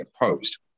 opposed